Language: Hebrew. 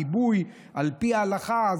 כיבוי על פי ההלכה.